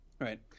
Right